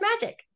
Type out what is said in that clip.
Magic